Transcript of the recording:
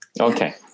okay